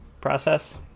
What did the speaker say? process